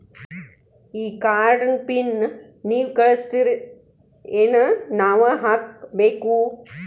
ಈ ಕಾರ್ಡ್ ನ ಪಿನ್ ನೀವ ಕಳಸ್ತಿರೇನ ನಾವಾ ಹಾಕ್ಕೊ ಬೇಕು?